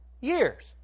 years